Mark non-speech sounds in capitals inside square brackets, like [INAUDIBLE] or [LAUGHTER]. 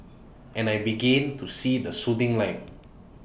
[NOISE] and I begin to see the soothing light